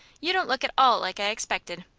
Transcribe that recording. you don't look at all like i expected.